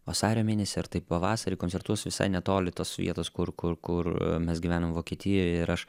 vasario mėnesį ar tai pavasarį koncertuos visai netoli tos vietos kur kur kur mes gyvenam vokietijoj ir aš